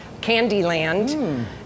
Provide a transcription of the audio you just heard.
Candyland